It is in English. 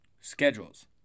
schedules